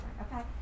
Okay